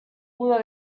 pudo